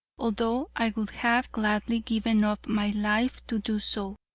although i would have gladly given up my life to do so.